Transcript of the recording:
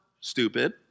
stupid